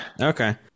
okay